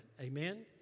Amen